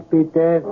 Peter